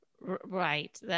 Right